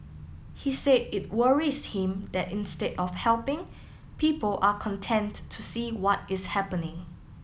he said it worries him that instead of helping people are content to see what is happening